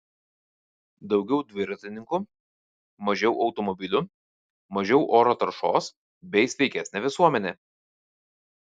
daugiau dviratininkų mažiau automobilių mažiau oro taršos bei sveikesnė visuomenė